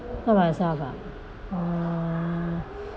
talk myself ah mm